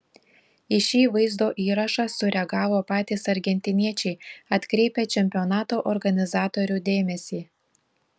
į šį vaizdo įrašą sureagavo patys argentiniečiai atkreipę čempionato organizatorių dėmesį